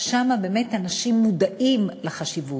שם באמת אנשים מודעים לחשיבות.